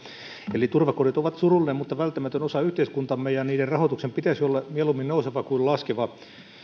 eli turvakodit ovat surullinen mutta välttämätön osa yhteiskuntaamme ja niiden rahoituksen pitäisi olla mieluummin nouseva kuin laskeva